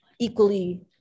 equally